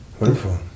Wonderful